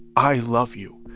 i love you.